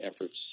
efforts